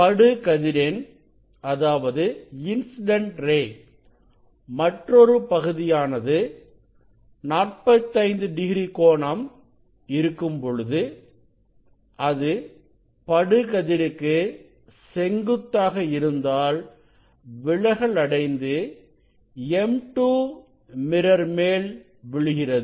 படுகதிரின் மற்றொரு பகுதியானது 45 டிகிரி கோணம் இருக்கும்பொழுது அது படு கதிருக்கு செங்குத்தாக இருந்தால் விலகல் அடைந்து M2 மிரர் மேல் விழுகிறது